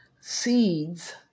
seeds